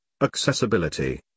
Accessibility